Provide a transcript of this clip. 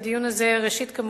ראשית,